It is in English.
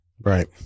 Right